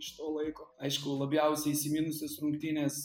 iš to laiko aišku labiausiai įsiminusios rungtynės